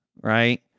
Right